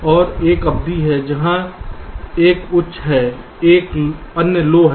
और एक अवधि है जहां एक उच्च है अन्य लो है